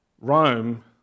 Rome